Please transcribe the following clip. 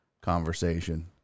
conversation